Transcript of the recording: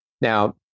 Now